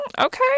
okay